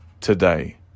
today